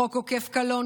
חוק עוקף קלון,